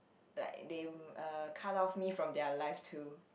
like they uh cut off me from their life too